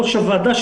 ראש הוועדה,